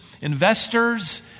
investors